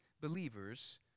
believers